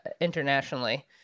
internationally